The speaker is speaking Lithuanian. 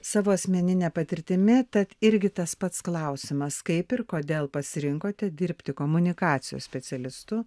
savo asmenine patirtimi tad irgi tas pats klausimas kaip ir kodėl pasirinkote dirbti komunikacijos specialistu